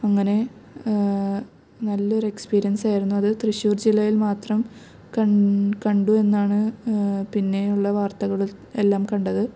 അങ്ങനെ നല്ലൊരെക്സ്പീരിയന്സായിരുന്നു അത് തൃശ്ശൂര് ജില്ലയില് മാത്രം കണ് കണ്ടു എന്നാണ് പിന്നെയുള്ള വാര്ത്തകളില് എല്ലാം കണ്ടത്